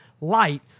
light